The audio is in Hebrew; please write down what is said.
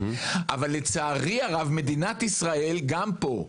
אבל לצערי הרב, מדינת ישראל גם פה.